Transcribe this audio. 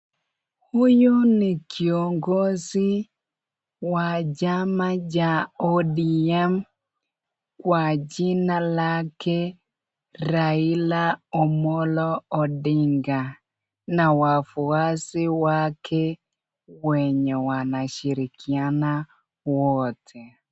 Huyu ni kiongozi wa chama cha ODM kwa jina lake Raila Omolo Odinga na wafuasi wake wenye wanashirikiana wote.